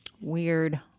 weird